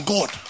God